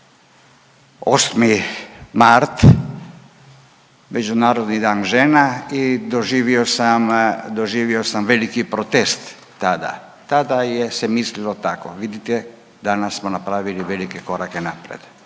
8. mart Međunarodni dan žena i doživio sam veliki protest tada. Tada se mislilo tako. Vidite danas smo napravili velike korake naprijed